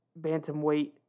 bantamweight